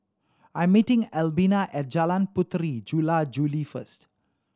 I am meeting Albina at Jalan Puteri Jula Juli first